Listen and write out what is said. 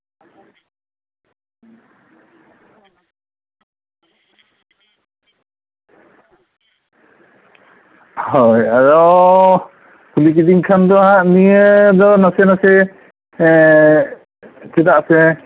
ᱦᱳᱭ ᱟᱫᱚ ᱠᱩᱞᱤ ᱠᱤᱫᱤᱧ ᱠᱷᱟᱱ ᱫᱚ ᱦᱟᱸᱜ ᱱᱤᱭᱟᱹ ᱫᱚ ᱱᱟᱥᱮ ᱱᱟᱥᱮ ᱪᱮᱫᱟᱜ ᱥᱮ